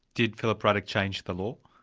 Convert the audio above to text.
did philip ruddock change the law?